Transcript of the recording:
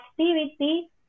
activity